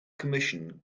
commission